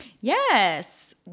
Yes